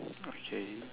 okay